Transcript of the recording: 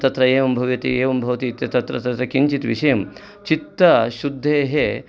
तत्र एवम् भवेति एवं भवति तत्र किञ्चित् विषयं चित्तशुद्धेः